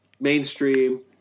Mainstream